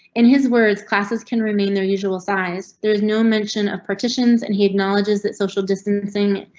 in his words, classes can remain their usual size. there is no mention of partitions and he acknowledges that social distancing.